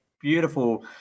beautiful